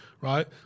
right